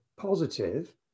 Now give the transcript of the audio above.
Positive